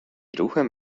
ruchem